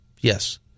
yes